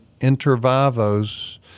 intervivos